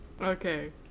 Okay